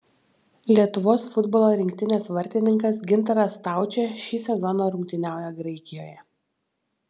lietuvos futbolo rinktinės vartininkas gintaras staučė šį sezoną rungtyniauja graikijoje